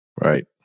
right